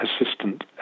assistant